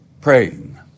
Praying